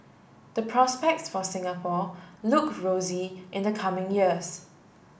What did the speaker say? the prospects for Singapore look rosy in the coming years